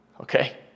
Okay